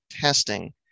testing